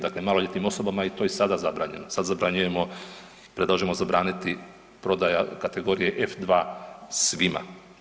Dakle, maloljetnim osobama to je i sada zabranjeno, sad zabranjujemo, predlažemo zabraniti prodaja kategorije F-2 svima.